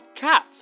Cats